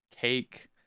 cake